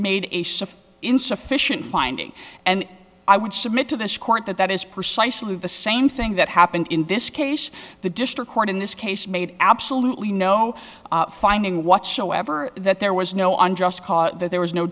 surprise insufficient finding and i would submit to this court that that is precisely the same thing that happened in this case the district court in this case made absolutely no finding whatsoever that there was no unjust cause that there was no